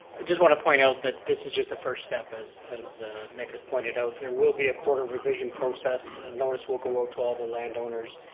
just want to point out that this is just the first step, as nick has pointed out. there will be quarter revision process, and notice will go out to all the land owners,